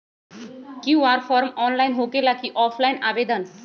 QR form online होकेला कि offline आवेदन?